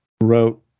Wrote